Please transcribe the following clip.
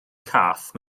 cath